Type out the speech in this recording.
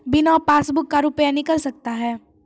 बिना पासबुक का रुपये निकल सकता हैं?